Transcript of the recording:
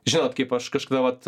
žinot kaip aš kažkada vat